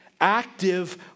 active